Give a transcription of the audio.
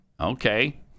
Okay